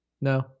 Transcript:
No